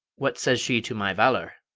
what says she to my valour?